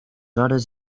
hores